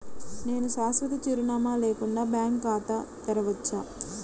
నేను శాశ్వత చిరునామా లేకుండా బ్యాంక్ ఖాతా తెరవచ్చా?